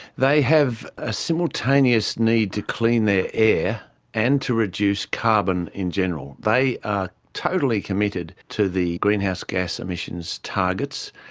they have a simultaneous need to clean their air and to reduce carbon in general. they are totally committed to the greenhouse gas emissions targets.